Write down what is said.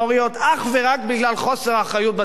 אך ורק בגלל חוסר אחריות בתפקוד,